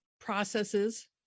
processes